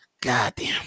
Goddamn